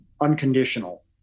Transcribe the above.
unconditional